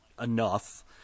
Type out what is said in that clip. enough